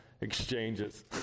exchanges